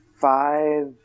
five